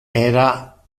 era